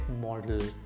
model